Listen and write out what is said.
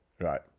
right